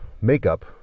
makeup